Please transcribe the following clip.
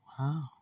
wow